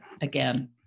again